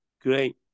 Great